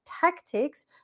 tactics